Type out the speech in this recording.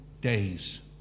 days